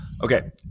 Okay